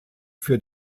für